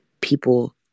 people